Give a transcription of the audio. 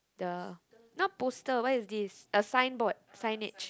the not poster what is this a signboard a signage